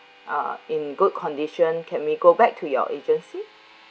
uh in good condition can we go back to your agency